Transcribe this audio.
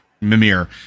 Mimir